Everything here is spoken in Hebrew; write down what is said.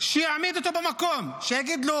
שיעמיד אותו במקום, שיגיד לו: